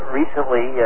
recently